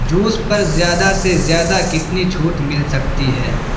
juice پر زیادہ سے زیادہ کتنی چھوٹ مل سکتی ہے